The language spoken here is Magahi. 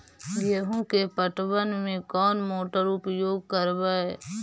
गेंहू के पटवन में कौन मोटर उपयोग करवय?